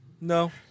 No